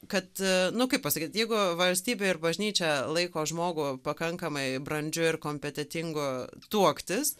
kad nu kaip pasakytjeigu valstybė ir bažnyčia laiko žmogų pakankamai brandžiu ir kompetentingu tuoktis